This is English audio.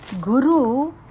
Guru